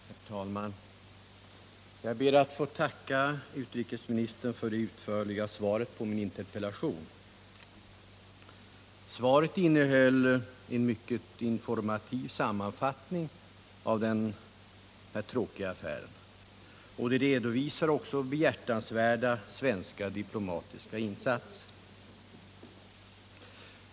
Herr talman! Jag ber att få tacka utrikesministern för det utförliga svaret på min interpellation. Det innehöll en mycket informativ sammanfattning av denna tråkiga affär, och det redovisar behjärtansvärda svenska diplomatiska insatser.